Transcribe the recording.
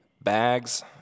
bags